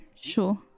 sure